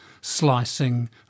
slicing